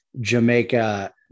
Jamaica